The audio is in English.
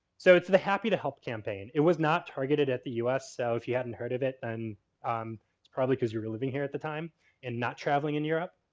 so, it's the happy to help campaign. it was not targeted at the us. so, if you hadn't heard of it then um it's probably because you were living here at the time and not traveling in europe.